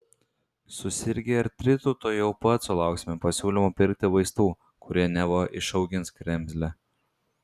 susirgę artritu tuojau pat sulauksime pasiūlymo pirkti vaistų kurie neva išaugins kremzlę